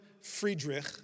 Friedrich